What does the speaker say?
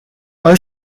آیا